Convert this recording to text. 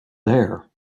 there